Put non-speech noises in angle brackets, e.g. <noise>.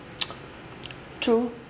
<noise> true